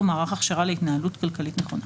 מערך הכשרה להתנהלות כלכלית נכונה.